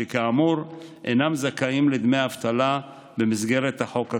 שכאמור אינם זכאים לדמי אבטלה במסגרת החוק הקיים.